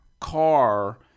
car